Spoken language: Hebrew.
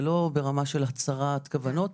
זה לא ברמה של הצהרת כוונות.